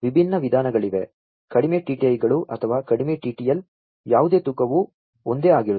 ವಿಭಿನ್ನ ವಿಧಾನಗಳಿವೆ ಕಡಿಮೆ TTI ಗಳು ಅಥವಾ ಕಡಿಮೆ TTL ಯಾವುದೇ ತೂಕವು ಒಂದೇ ಆಗಿರುತ್ತದೆ